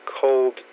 cold